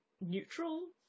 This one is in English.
neutral